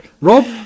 Rob